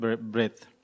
breath